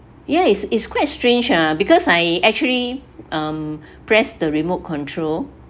ya it's it's quite strange ah because I actually um press the remote control